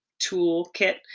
toolkit